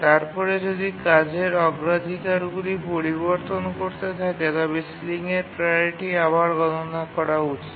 তারপরে যদি কাজের অগ্রাধিকারগুলি পরিবর্তন করতে থাকে তবে সিলিংয়ের প্রাওরিটি আবার গননা করা উচিত